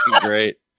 great